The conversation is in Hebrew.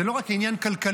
זה לא רק עניין כלכלי.